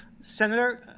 senator